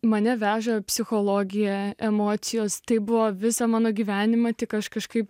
mane veža psichologija emocijos tai buvo visą mano gyvenimą tik aš kažkaip